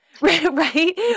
Right